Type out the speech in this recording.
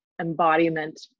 embodiment